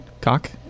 Cock